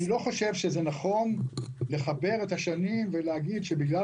אני לא חושב שנכון לחבר את השנים ולהגיד שבגלל